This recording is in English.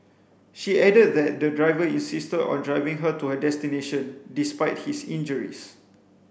she added that the driver insisted on driving her to her destination despite his injuries